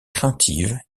craintive